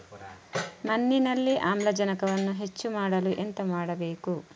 ಮಣ್ಣಿನಲ್ಲಿ ಆಮ್ಲಜನಕವನ್ನು ಹೆಚ್ಚು ಮಾಡಲು ಎಂತ ಮಾಡಬೇಕು?